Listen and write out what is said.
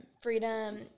freedom